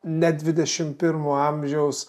net dvidešim pirmo amžiaus